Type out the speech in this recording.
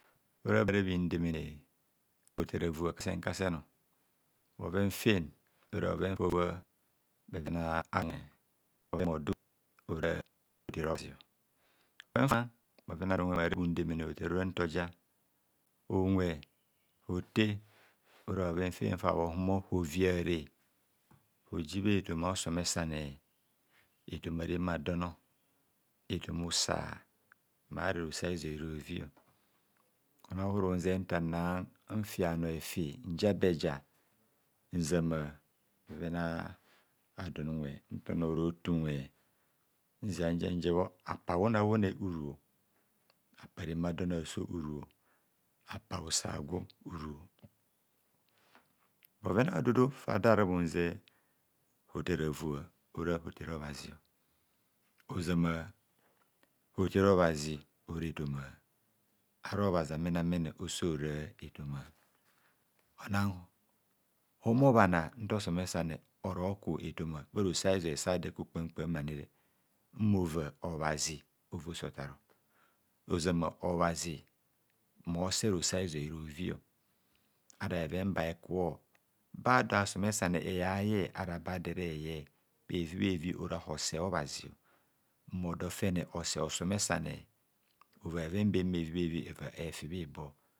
Bhoven fara bhundemene otar avua kasen kasen bhoven fen ora bhoven fabha bhoven bhodu fara bhuzep otar obangha bhora unwe hote ora bhoven fen fa bho humor hoviare bhoji bha etoma osomesane etoma reme adon etoma usa ma ara roso ahizoi roviarovio ona uhurunze nta na fibhanor efi njabe eja nzama bheven a'don unwe nta onor oro te unwe nzia njenje bho apa awunewune uru, apa reme adon aso uru, apa usa a'gwo uru; bhoven a'ududu fa da ra bhunzep otar ovia, ora hotere obhazi ozama hotere obhazi ora etoma ara obhazi amena mene oso ora etoma onang omo bhana nta osomesane oro ku etoma bharosoa'zoi sado ekum kpam kpam ani re mmova obhazi avo se otar ozama obhazi mose rosoa'zoi rovio ara bheven ba bhe kubho bado bha somesane eyaye ara bado ere ye bhevi bhevi ora hose obhazi mmo do fene ose osomesane ova bheven bem bhevi bhevi ova efi bhibo.